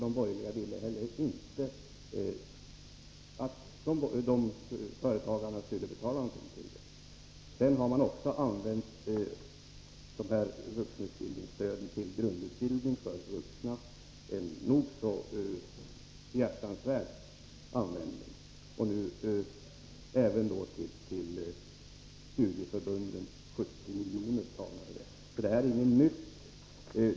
De borgerliga ville inte heller att företagarna skulle betala något. Sedan har man använt vuxenutbildningsstödet till grundutbildning för vuxna — en nog så behjärtansvärd användning. 70 miljoner överfördes också till studieförbunden. Det som nu föreslås är alltså inget nytt.